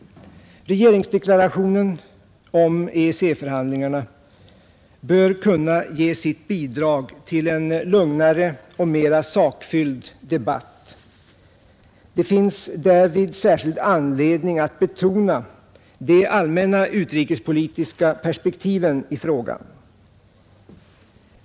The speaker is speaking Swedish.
Regeringsdeklarationen om EEC-förhandlingarna bör kunna ge sitt bidrag till en lugnare och mera sakfylld debatt. Det finns därvid särskild anledning betona de allmänna utrikespolitiska perspektiven i frågan.